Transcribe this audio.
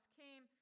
came